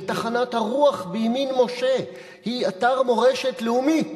שטחנת הרוח בימין-משה היא אתר מורשת לאומית,